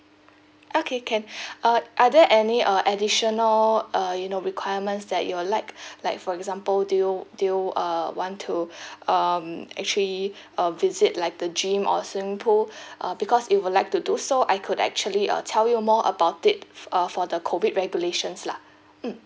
okay can uh are there any uh additional uh you know requirements that you would like like for example do you do you uh want to um actually uh visit like the gym or swimming pool uh because if you would like to do so I could actually uh tell you more about it uh for the COVID regulations lah mm